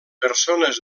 persones